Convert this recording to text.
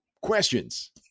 questions